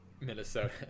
Minnesota